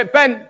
Ben